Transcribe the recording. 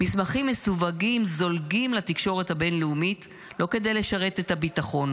מסמכים מסווגים זולגים לתקשורת הבין-לאומית לא כדי לשרת את הביטחון